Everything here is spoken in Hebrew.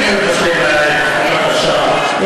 אין לבטל את תקופת האכשרה.